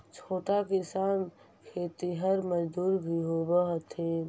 छोटा किसान खेतिहर मजदूर भी होवऽ हथिन